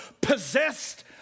possessed